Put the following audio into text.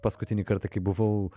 paskutinį kartą kai buvau